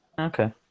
okay